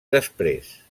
després